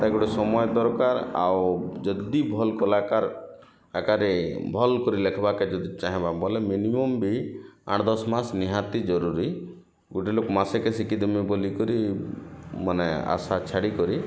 ତାକୁ ଗୋଟେ ସମୟ ଦରକାର ଆଉ ଯଦି ଭଲ୍ କଲାକାର୍ ଆକାରେ ଭଲ୍ କରି ଲେଖ୍ବା କେ ଯଦି ଚାହିଁବ ବୋଲେ ମିନିମମ୍ ବି ଆଠ ଦଶ ମାସ ନିହାତି ଜରୁରୀ ଗୋଟେ ଲୋକ୍ ମାସକେ ଶିଖିଁ ଯିବିଁ ବୋଲି ମାନେ ଆଶା ଛାଡ଼ି କରି